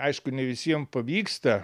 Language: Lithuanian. aišku ne visiem pavyksta